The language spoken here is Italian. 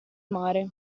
mare